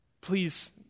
Please